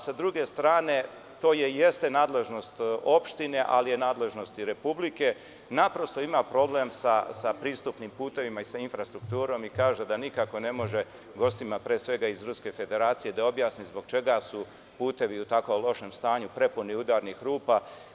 Sa druge strane, to jeste nadležnost opštine, ali je nadležnost i Republike, naprosto ima problem sa pristupnim putevima i sa infrastrukturom i kaže da nikako ne može gostima, pre svega iz Ruske federacije da objasni zbog čega su putevi u tako lošem stanju prepuni udarnih rupa.